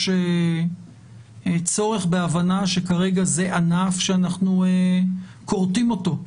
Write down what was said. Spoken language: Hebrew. יש צורך בהבנה שכרגע זה ענף שאנחנו כורתים אותו,